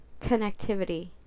connectivity